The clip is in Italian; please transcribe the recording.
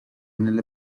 nelle